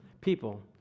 people